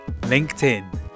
LinkedIn